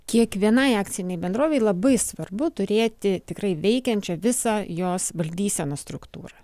kiekvienai akcinei bendrovei labai svarbu turėti tikrai veikiančią visą jos valdysenos struktūrą